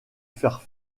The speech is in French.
faire